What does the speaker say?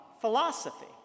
philosophy